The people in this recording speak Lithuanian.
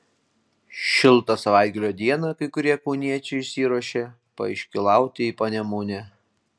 šiltą savaitgalio dieną kai kurie kauniečiai išsiruošė paiškylauti į panemunę